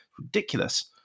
Ridiculous